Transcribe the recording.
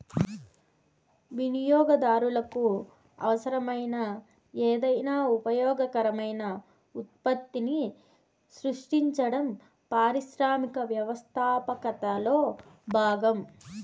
వినియోగదారులకు అవసరమైన ఏదైనా ఉపయోగకరమైన ఉత్పత్తిని సృష్టించడం పారిశ్రామిక వ్యవస్థాపకతలో భాగం